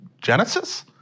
Genesis